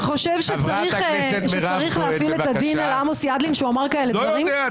אתה חושב שצריך להפעיל את הדין על עמוס ידלין שהוא אמר דברים כאלה?